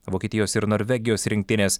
vokietijos ir norvegijos rinktinės